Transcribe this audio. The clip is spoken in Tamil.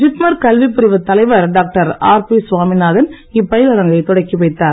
ஜிப்மர் கல்விப் பிரிவுத் தலைவர் டாக்டர் ஆர்பி சுவாமிநாதன் இப்பயிலரங்கைத் தொடக்கி வைத்தார்